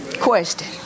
Question